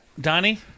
Donnie